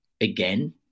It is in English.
Again